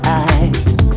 eyes